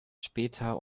später